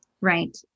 Right